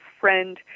friend